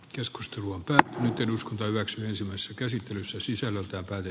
keskustelu on päättänyt eduskunta hyväksyi ensimmäisessä käsittelyssä sisällöltään väinö